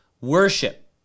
worship